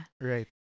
right